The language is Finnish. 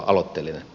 arvoisa puhemies